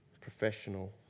professional